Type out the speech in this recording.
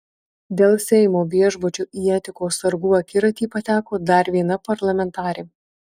dėl seimo viešbučio į etikos sargų akiratį pateko dar viena parlamentarė